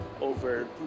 over